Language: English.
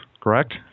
Correct